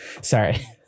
Sorry